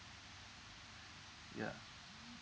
yeah